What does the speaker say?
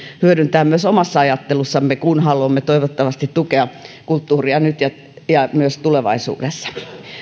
hyödyntää myös omassa ajattelussamme kun haluamme toivottavasti tukea kulttuuria nyt ja ja myös tulevaisuudessa